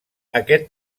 aquest